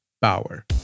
Bauer